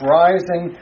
rising